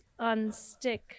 unstick